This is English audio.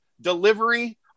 delivery